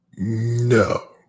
No